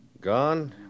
Gone